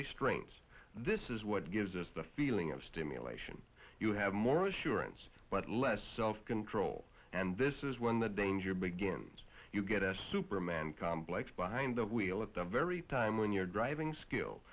restraints this is what gives us the feeling of stimulation you have more assurance but less self control and this is when the danger begins you get a superman complex behind the wheel at the very time when you're driving skill